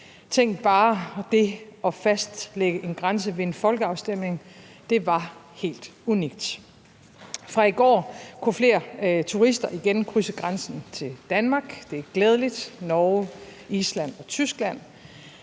Tænk bare det at fastlægge en grænse ved en folkeafstemning, det var helt unikt. Fra i går kunne flere turister igen krydse grænsen til Danmark – det er glædeligt – nemlig fra Norge, Island og Tyskland,